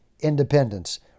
independence